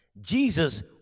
Jesus